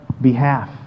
behalf